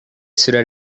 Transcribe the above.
sudah